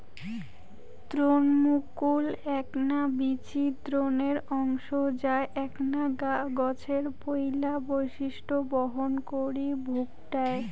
ভ্রুণমুকুল এ্যাকনা বীচি ভ্রূণের অংশ যা এ্যাকনা গছের পৈলা বৈশিষ্ট্য বহন করি ভুকটায়